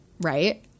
right